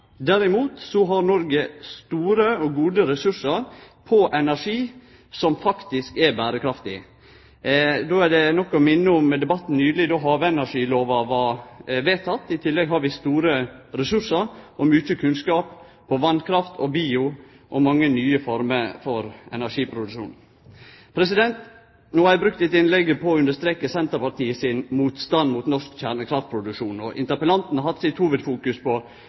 har Noreg store og gode ressursar når det gjeld energi som faktisk er berekraftig. Det er nok å minne om debatten nyleg, då havenergilova blei vedteken. I tillegg har vi store ressursar og mykje kunnskap om vasskraft og bioenergi og mange nye former for energiproduksjon. Eg har brukt dette innlegget til å streke under Senterpartiets motstand mot norsk kjernekraftproduksjon. Interpellanten har fokusert mest på